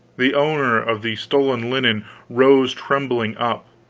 the owner of the stolen linen rose trembling up,